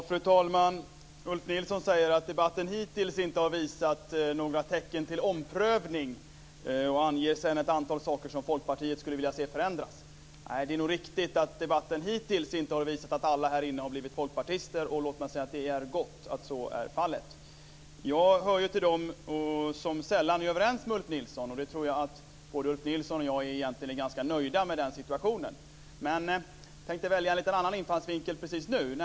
Fru talman! Ulf Nilsson säger att debatten hittills inte har visat några tecken på omprövning och anger sedan ett antal saker som Folkpartiet skulle vilja se förändras. Det är nog riktigt att debatten hittills inte har visat att alla här inne har blivit folkpartister, och låt mig säga att det är gott att så är fallet. Jag hör till dem som sällan är överens med Ulf Nilsson, och jag tror att både Ulf Nilsson och jag är rätt nöjda med den situationen. Men jag tänkte välja en lite annan infallsvinkel just nu.